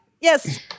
yes